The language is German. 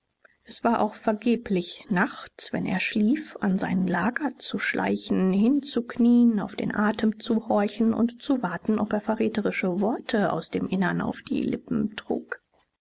es war auch vergeblich nachts wenn er schlief an sein lager zu schleichen hinzuknien auf den atem zu horchen und zu warten ob er verräterische worte aus dem innern auf die lippen trug